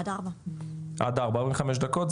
עד 16:00. עד 16:00. 45 דקות,